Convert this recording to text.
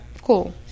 Cool